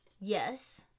yes